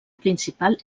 principal